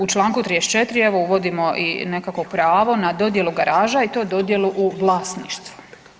U članku 34. evo uvodimo i nekako pravo na dodjelu garaža i to dodjelu u vlasništvu.